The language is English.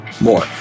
more